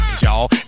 y'all